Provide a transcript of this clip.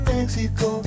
Mexico